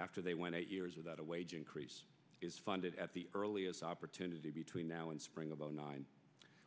after they went eight years without a wage increase is funded at the earliest opportunity between now and spring of zero nine